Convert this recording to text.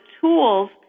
tools